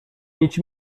mieć